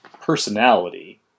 personality